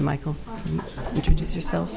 michael introduce yourself